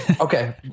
Okay